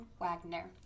Wagner